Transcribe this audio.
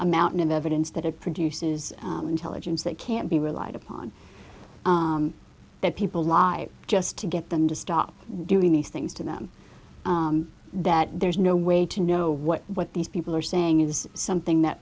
a mountain of evidence that it produces intelligence that can't be relied upon that people lie just to get them to stop doing these things to them that there's no way to know what what these people are saying is something that